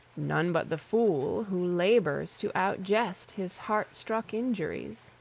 none but the fool, who labours to out-jest his heart-struck injuries.